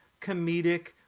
comedic